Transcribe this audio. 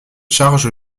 charge